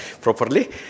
properly